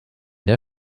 der